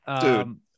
Dude